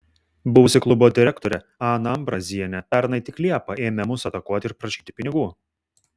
buvusi klubo direktorė ana ambrazienė pernai tik liepą ėmė mus atakuoti ir prašyti pinigų